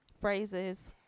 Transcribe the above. phrases